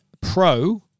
Pro